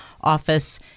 office